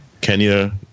Kenya